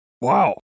Wow